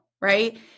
right